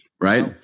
Right